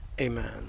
Amen